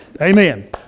Amen